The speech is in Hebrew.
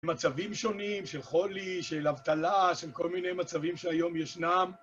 מצבים שונים של חולי, של אבטלה, של כל מיני מצבים שהיום ישנם.